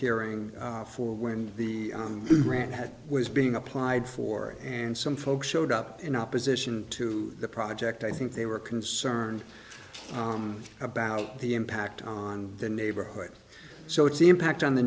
hearing for when the grant was being applied for and some folks showed up in opposition to the project i think they were concerned about the impact on the neighborhood so it's the impact on the